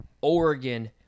Oregon